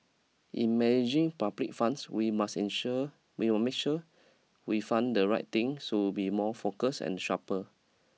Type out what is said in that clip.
in managing public funds we must ensure we'll make sure we fund the right thing to be more focused and sharper